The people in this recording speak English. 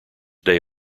day